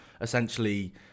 essentially